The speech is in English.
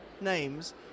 names